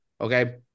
Okay